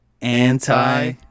anti